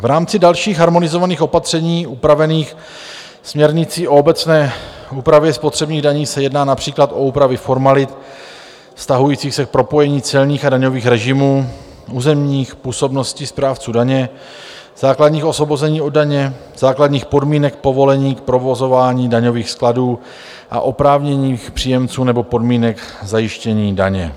V rámci dalších harmonizovaných opatření upravených směrnicí o obecné úpravě spotřebních daní se jedná například o úpravy formalit vztahujících se k propojení celních a daňových režimů, územních působností správců daně, základních osvobození od daně, základních podmínek povolení k provozování daňových skladů a oprávněných příjemců nebo podmínek zajištění daně.